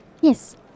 Yes